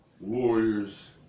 Warriors